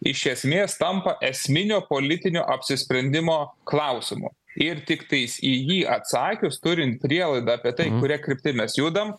iš esmės tampa esminio politinio apsisprendimo klausimu ir tiktais į jį atsakius turint prielaidą apie tai kuria kryptimi mes judam